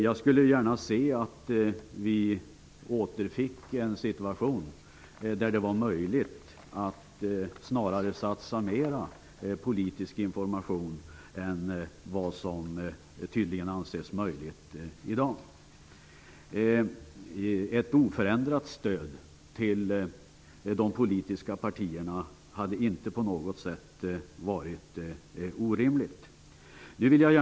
Jag skulle gärna se att vi återfick en situation där det var möjligt att satsa mer på politisk information än vad som tydligen anses möjligt i dag. Ett oförändrat stöd till de politiska partierna hade inte på något sätt varit orimligt.